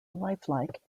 lifelike